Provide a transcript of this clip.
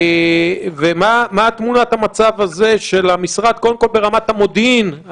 ומה תמונת המצב הזה של המשרד קודם כול ברמת המודיעין,